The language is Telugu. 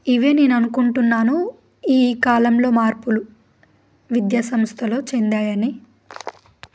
ఇవే నేను అనుకుంటున్నాను ఈ కాలంలో మార్పులు విద్యాసంస్థలో చెందాయని